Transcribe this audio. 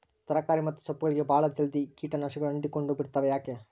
ತರಕಾರಿ ಮತ್ತು ಸೊಪ್ಪುಗಳಗೆ ಬಹಳ ಜಲ್ದಿ ಕೇಟ ನಾಶಕಗಳು ಅಂಟಿಕೊಂಡ ಬಿಡ್ತವಾ ಯಾಕೆ?